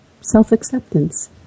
self-acceptance